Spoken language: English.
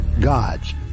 Gods